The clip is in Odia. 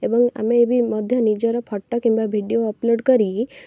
ଏବଂ ଆମେ ବି ମଧ୍ୟ ନିଜର ଫଟୋ କିମ୍ବା ଭିଡ଼ିଓ ଅପଲୋଡ଼୍ କରିକି